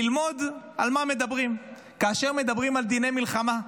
ללמוד על מה מדברים כאשר מדברים על דיני מלחמה.